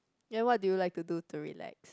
then what do you like to do to relax